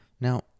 Now